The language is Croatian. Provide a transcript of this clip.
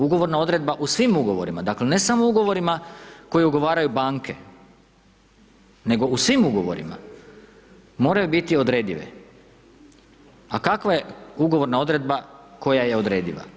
Ugovorna odredba u svim ugovorima, dakle ne samo u ugovorima, koje ugovaraju banke, nego, u svim ugovorima, moraju biti odredive, a kakva je ugovorna odredba koja je odrediva?